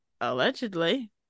Allegedly